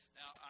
now